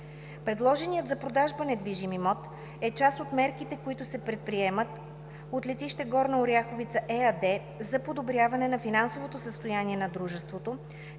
Предложеният за продажба недвижим имот е част от мерките, които се предприемат от „Летище Горна Оряховица“ ЕАД, за подобряване на финансовото състояние на дружеството